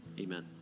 amen